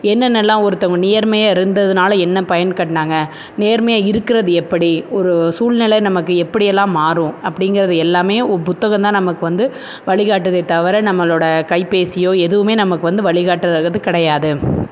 என்னென்னலாம் ஒருத்தவங்க நேயர்மையா இருந்ததினால என்ன பயன் கட்டினாங்க நேர்மையாக இருக்கிறது எப்படி ஒரு சூழ்நில நமக்கு எப்படியெல்லாம் மாறும் அப்படிங்கிறது எல்லாமே ஒ புத்தகம் தான் நமக்கு வந்து வழிகாட்டுதே தவிர நம்மளோடய கைப்பேசியோ எதுவுமே நமக்கு வந்து வழிகாட்றறது கிடையாது